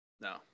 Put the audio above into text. no